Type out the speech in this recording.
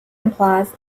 implies